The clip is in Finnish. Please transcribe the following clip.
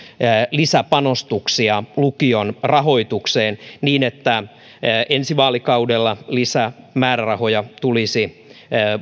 lisäpanostuksia lukion rahoitukseen niin että ensi vaalikaudella lisämäärärahoja tulisi